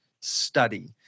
study